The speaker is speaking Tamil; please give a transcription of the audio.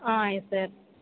ah yes sir